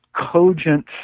cogent